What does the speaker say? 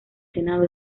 senado